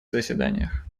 заседаниях